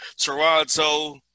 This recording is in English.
Toronto